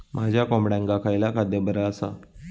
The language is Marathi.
माझ्या कोंबड्यांका खयला खाद्य बरा आसा?